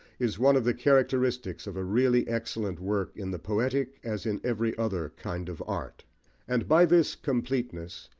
is one of the characteristics of a really excellent work, in the poetic as in every other kind of art and by this completeness,